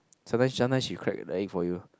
sometimes sometimes she crack the egg for you